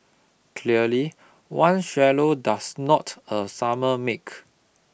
clearly one swallow does not a summer make